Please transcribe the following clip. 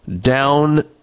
down